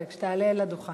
תודה רבה